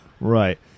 Right